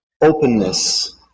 openness